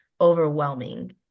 overwhelming